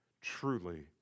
truly